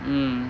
mm